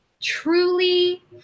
truly